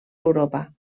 europa